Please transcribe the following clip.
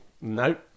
Nope